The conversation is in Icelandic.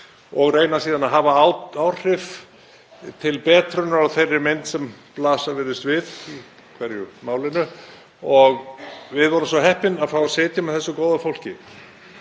og reyna síðan að hafa áhrif til betrunar á þeirri mynd sem blasa virðist við í hverju málinu. Við vorum svo heppin að fá að sitja með þessu góða fólki